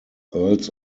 earls